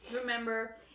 remember